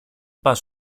πας